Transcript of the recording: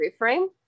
Reframe